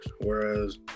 Whereas